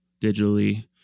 digitally